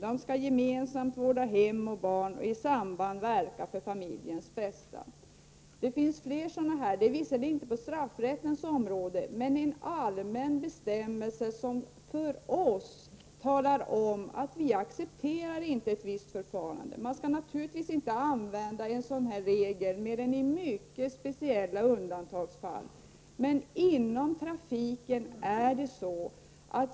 De skall gemensamt vårda hem och barn och i samråd verka för familjens bästa.” Det finns flera sådana bestämmelser. Det är visserligen inte straffrättens område, men detta är en allmän bestämmelse som talar om för oss att ett visst förfarande inte accepteras. Man skall naturligtvis inte använda en sådan här regel mer än i mycket speciella undantagsfall.